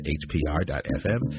hpr.fm